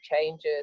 changes